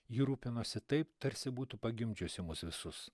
ji rūpinosi taip tarsi būtų pagimdžiusi mus visus